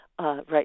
right